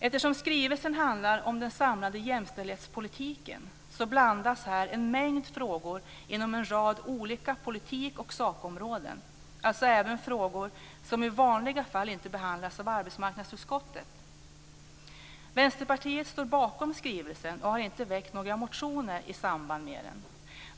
Eftersom skrivelsen handlar om den samlade jämställdhetspolitiken blandas en mängd frågor inom en rad olika politik och sakområden, dvs. även frågor som i vanliga fall inte behandlas av arbetsmarknadsutskottet. Vänsterpartiet står bakom skrivelsen och har inte väckt några motioner i samband med den.